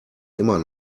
immer